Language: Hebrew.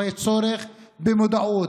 אבל יש צורך במודעות,